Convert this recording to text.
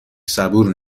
صبور